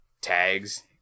tags